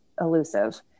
elusive